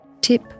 Tip